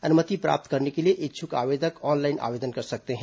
अनुमति प्राप्त करने के लिए इच्छुक आवेदक ऑनलाइन आवेदन कर सकते हैं